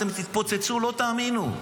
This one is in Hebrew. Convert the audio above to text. אתם תתפוצצו, לא תאמינו.